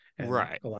right